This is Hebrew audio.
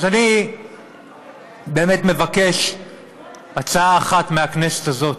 אז אני באמת מבקש בקשה אחת מהכנסת הזאת: